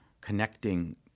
connecting